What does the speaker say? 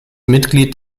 mitglied